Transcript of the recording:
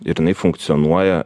ir jinai funkcionuoja